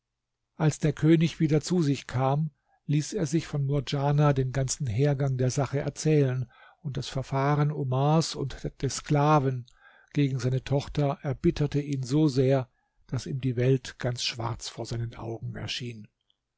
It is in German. als der könig wieder zu sich kam ließ er sich von murdjana den ganzen hergang der sache erzählen und das verfahren omars und des sklaven gegen seine tochter erbitterte ihn so sehr daß ihm die welt ganz schwarz vor seinen augen erschien